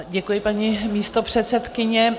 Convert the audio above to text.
Děkuji, paní místopředsedkyně.